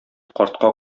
картка